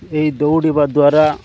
ଏହି ଦୌଡ଼ିବା ଦ୍ୱାରା